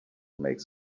makes